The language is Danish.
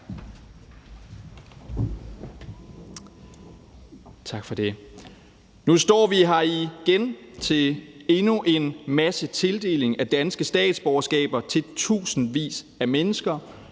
Tak for det. Nu står vi her igen til endnu en massetildeling af danske statsborgerskaber til tusindvis af mennesker